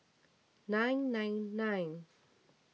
nine nine nine